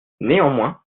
néanmoins